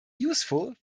useful